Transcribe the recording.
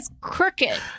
crooked